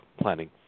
planning